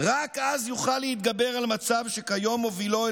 רק אז יוכל להתגבר על מצב שכיום מובילו אל